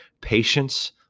patience